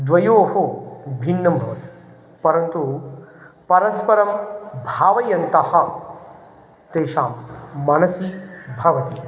द्वयोः भिन्नं भवति परन्तु परस्परं भावयन्तः तेषां मनसि भवति